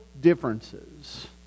differences